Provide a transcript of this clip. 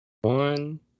one